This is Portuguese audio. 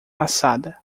assada